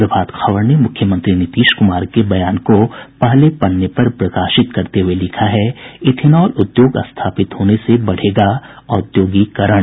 प्रभात खबर ने मुख्यमंत्री नीतीश कुमार के बयान को पहले पन्ने पर प्रकाशित करते हुये लिखा है इथेनॉल उद्योग स्थापित होने से बढ़ेगा औद्योगीकरण